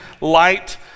light